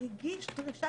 הגיש דרישה